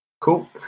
Cool